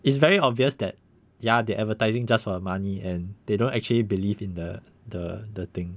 it's very obvious that ya they're advertising just for the money and they don't actually believe in the the the thing